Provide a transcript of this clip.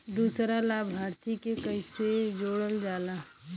दूसरा लाभार्थी के कैसे जोड़ल जाला?